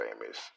famous